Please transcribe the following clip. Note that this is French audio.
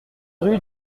rue